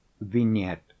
Vignette